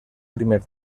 primer